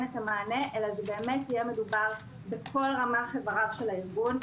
מענה אלא יהיה מדובר בכל רמ"ח אבריו של הארגון.